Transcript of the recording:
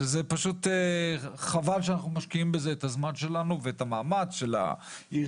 שזה פשוט חבל שאנחנו משקיעים בזה את הזמן שלנו ואת המאמץ של העיריה,